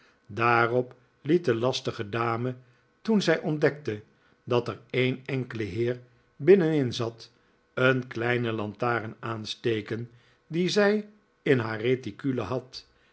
daarop liet de lastige dame toen zij ontdekte dat er een enkele heer binnenin zat een kleine lantaren aansteken die zij in haar reticule had